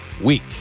week